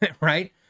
Right